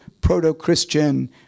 proto-Christian